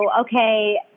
okay